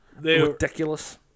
ridiculous